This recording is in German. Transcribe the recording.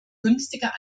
günstiger